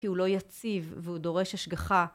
כי הוא לא יציב והוא דורש השגחה.